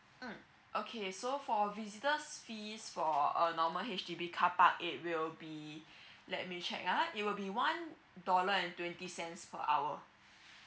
mm okay so for visitors fees for a normal H_D_B carpark it will be let me check ah it will be one dollar and twenty cents per hour